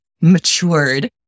matured